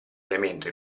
elemento